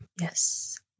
Yes